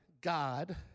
God